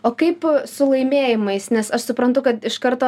o kaip su laimėjimais nes aš suprantu kad iš karto